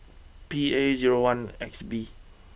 P A zero one X B